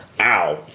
Ow